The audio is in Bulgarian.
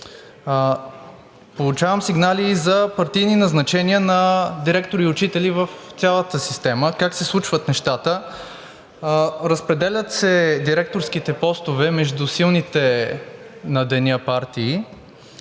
Получавам сигнали за партийни назначения на директори и учители в цялата система. Как се случват нещата? Разпределят се директорските постове между силните партии